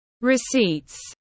receipts